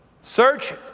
search